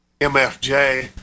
MFJ